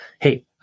Hey